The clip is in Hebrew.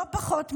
לא פחות מזה,